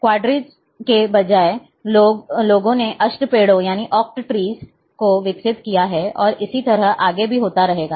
क्वाडट्रीज के बजाय लोगों ने अष्ट पेड़ों को विकसित किया है और इसी तरह आगे भी होता रहेगा